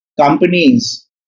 companies